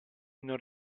non